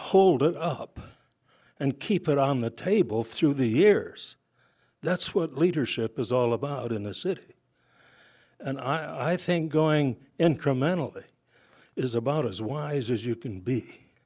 hold it up and keep it on the table through the years that's what leadership is all about in the city and i think going incrementally is about as wise as you can be